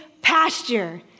pasture